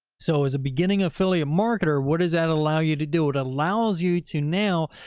so as a beginning, affiliate marketer, what does that allow you to do? it allows you to now,